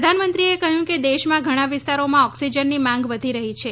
પ્રધાનમંત્રીએ કહ્યું કે દેશમાં ઘણા વિસ્તારોમાં ઓક્સિજનની માંગ વધી રહી છે